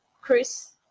Chris